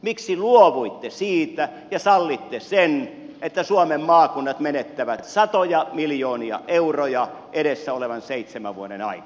miksi luovuitte siitä ja sallitte sen että suomen maakunnat menettävät satoja miljoonia euroja edessä olevan seitsemän vuoden aikana